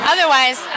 Otherwise